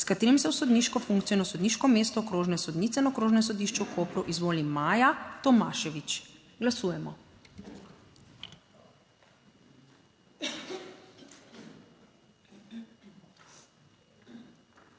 s katerim se v sodniško funkcijo na sodniško mesto okrožne sodnice na Okrožnem sodišču v Kopru izvoli Maja Tomašević. Glasujemo.